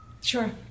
Sure